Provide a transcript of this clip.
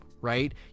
Right